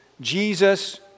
Jesus